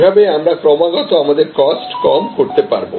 এভাবে আমরা ক্রমাগত আমাদের কস্ট কম করতে পারব